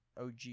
OG